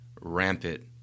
rampant